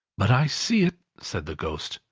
but i see it, said the ghost,